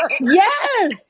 Yes